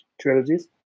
trilogies